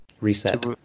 reset